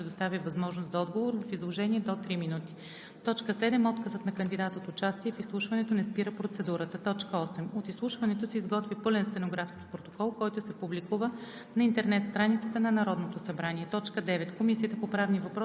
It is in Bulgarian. Времето за изложение на въпросите е до 2 минути. 6. След изчерпване на зададените въпроси на кандидата се предоставя възможност за отговор в изложение до 3 минути. 7. Отказът на кандидат от участие в изслушването не спира процедурата. 8. От изслушването се изготвя пълен стенографски протокол,